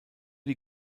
die